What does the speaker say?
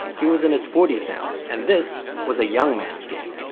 he was in his forty s now. and this was a young man's game.